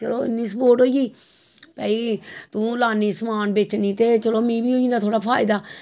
चलो इन्नी स्पोट होई गेई भाई तूं लान्नी समान बेचनी ते चलो में बी होई जंदा थोह्ड़ा फायदा